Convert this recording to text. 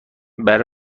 باید